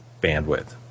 bandwidth